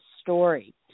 story